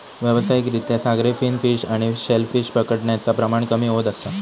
व्यावसायिक रित्या सागरी फिन फिश आणि शेल फिश पकडण्याचा प्रमाण कमी होत असा